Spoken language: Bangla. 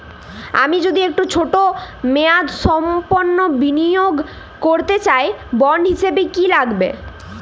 আমি যদি একটু ছোট মেয়াদসম্পন্ন বিনিয়োগ করতে চাই বন্ড হিসেবে কী কী লাগবে?